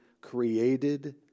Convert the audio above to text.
created